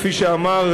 כפי שאמר,